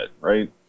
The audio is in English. right